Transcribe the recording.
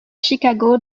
chicago